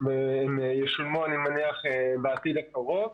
הן תשולמנה בעתיד הקרוב.